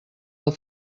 del